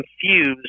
confused